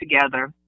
together